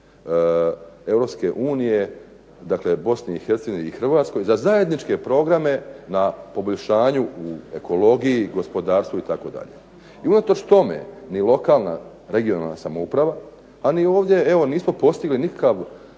Europske unije, dakle Bosni i Hercegovini i Hrvatskoj da zajedničke programe na poboljšanju u ekologiji, gospodarstvu itd. I unatoč tome ni lokalna, regionalna samouprava a ni ovdje nismo postigli nikakav